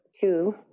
two